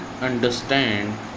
understand